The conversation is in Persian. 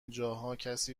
جاها، کسی